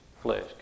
flesh